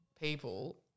people